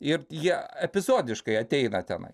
ir jie epizodiškai ateina tenai